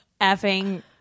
effing